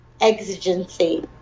exigency